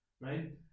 right